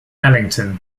ellington